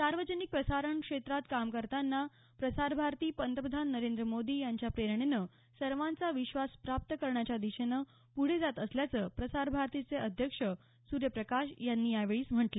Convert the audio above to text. सार्वजनिक प्रसारण क्षेत्रात काम करताना प्रसारभारती पंतप्रधान नरेंद्र मोदी यांच्या प्रेरणेनं सर्वांचा विश्वास प्राप्त करण्याच्या दिशेनं पुढं जात असल्याचं प्रसारभारतीचे अध्यक्ष सूयर्प्रकाश यावेळी म्हणाले